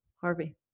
Harvey